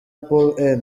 paul